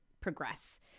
progress